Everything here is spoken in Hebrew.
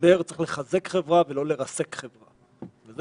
משבר צריך לחזק חברה ולא לרסק חברה וזה